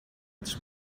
its